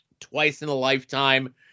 twice-in-a-lifetime